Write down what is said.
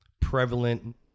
prevalent